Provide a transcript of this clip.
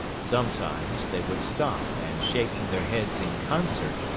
sometimes, they would stop, and shaking their heads in concert,